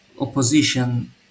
opposition